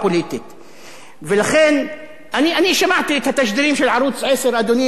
אני שמעתי את התשדירים של ערוץ-10 כשהתחילו,